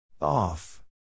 Off